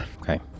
okay